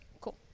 Cool